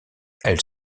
elle